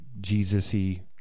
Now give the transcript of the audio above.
Jesus-y